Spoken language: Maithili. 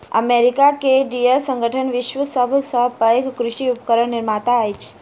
अमेरिका के डियर संगठन विश्वक सभ सॅ पैघ कृषि उपकरण निर्माता अछि